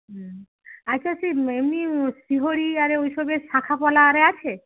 হুম আচ্ছা সেই এমনি শ্রীহরি আর ওই সবের শাঁখা পলা আরে আছে